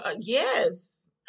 yes